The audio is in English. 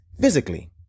physically